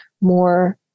more